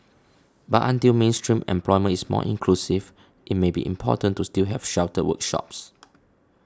but until mainstream employment is more inclusive it may be important to still have sheltered workshops